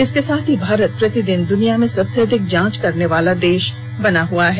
इसके साथ ही भारत प्रतिदिन दुनिया में सबसे अधिक जांच करने वाला देश बना हुआ है